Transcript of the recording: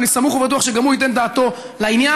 ואני סמוך ובטוח שגם הוא ייתן דעתו לעניין,